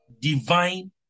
divine